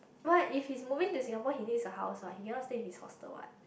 what if he's moving to Singapore he needs a house what he cannot stay his hostel what